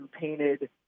painted